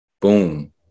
Boom